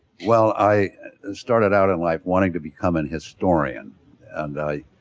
well i started out in life wanting to become an historian and i